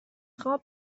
خواب